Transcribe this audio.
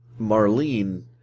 Marlene